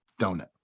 donut